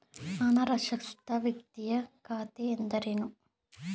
ಅನಕ್ಷರಸ್ಥ ವ್ಯಕ್ತಿಯ ಖಾತೆ ಎಂದರೇನು?